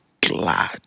glad